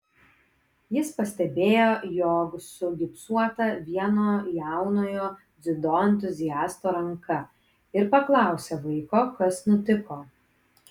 jis pastebėjo jog sugipsuota vieno jaunojo dziudo entuziasto ranka ir paklausė vaiko kas nutiko